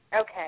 Okay